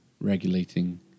regulating